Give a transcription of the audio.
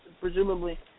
presumably